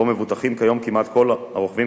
שבו מבוטחים כיום כמעט כל הרוכבים,